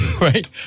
right